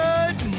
Good